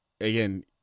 again